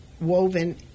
woven